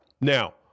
Now